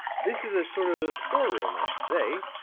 this is a sort of store room, i should say,